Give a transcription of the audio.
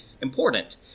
important